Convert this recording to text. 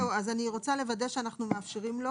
אני רוצה לוודא שאנחנו מאפשרים לו